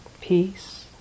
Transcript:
peace